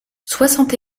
soixante